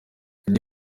indi